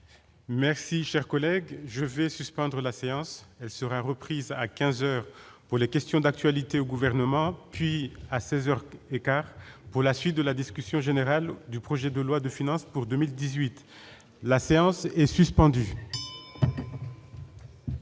Merci, chers collègues, je vais suspendre la séance, elle sera reprise à 15 heures pour les questions d'actualité au gouvernement, puis à 16 heures et quart pour la suite de la discussion générale du projet de loi de finances pour 2018, la séance est suspendue.